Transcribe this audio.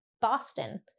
Boston